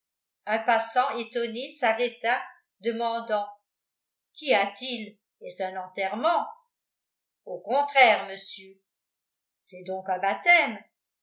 un passant étonné s'arrêta demandant qu'y a-t-il est-ce un enterrement au contraire monsieur c'est donc un baptême